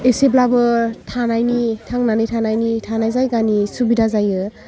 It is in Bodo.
एसेब्लाबो थानायनि थांनानै थानायनि थानाय जायगानि सुबिदा जायो